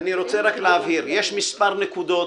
אני רוצה רק להבהיר: יש מספר נקודות,